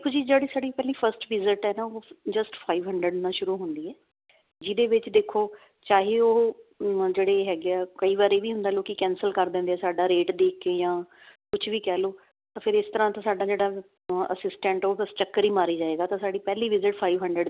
ਤੇ ਤੁਸੀਂ ਜਿਹੜੀ ਸਾਡੀ ਪਹਿਲੀ ਫਸਟ ਵਿਜਿਟ ਐ ਨਾ ਉਹ ਜਸਟ ਫਾਈਵ ਹੰਡਰਡ ਨਾਲ ਸ਼ੁਰੂ ਹੁੰਦੀ ਐ ਜਿਹਦੇ ਵਿੱਚ ਦੇਖੋ ਚਾਹੇ ਉਹ ਜਿਹੜੇ ਹੈਗੇ ਐ ਕਈ ਵਾਰੀ ਵੀ ਹੁੰਦਾ ਲੋਕੀ ਕੈਂਸਲ ਕਰ ਦਿੰਦੇ ਸਾਡਾ ਰੇਟ ਦੇਖ ਕੇ ਜਾਂ ਕੁਛ ਵੀ ਕਹਿ ਲਓ ਤਾਂ ਫਿਰ ਇਸ ਤਰ੍ਹਾਂ ਤਾਂ ਸਾਡਾ ਜਿਹੜਾ ਅਸਿਸਟੈਂਟ ਉਹ ਤਾਂ ਚੱਕਰ ਈ ਮਾਰੀ ਜਾਏਗਾ ਤਾਂ ਸਾਡੀ ਪਹਿਲੀ ਵਿਜਿਟ ਫਾਈਵ ਹੰਡਰਡ ਦੀ ਹੁੰਦੀ ਐ